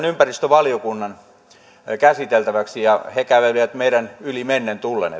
ympäristövaliokunnan käsiteltäväksi ja he kävelivät meidän ylitsemme mennen tullen